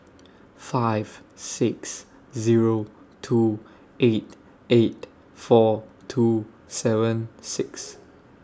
five six Zero two eight eight four two seven six